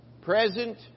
present